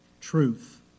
truth